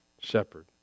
shepherd